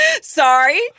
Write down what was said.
Sorry